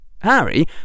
Harry